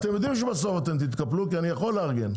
אתם יודעים שאתם בסוף תתקפלו כי אני יכול לארגן,